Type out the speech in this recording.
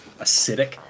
acidic